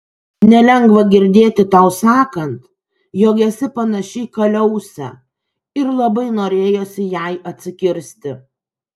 nelengva girdėti tau sakant jog esi panaši į kaliausę ir labai norėjosi jai atsikirsti